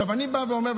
אני בא ואומר,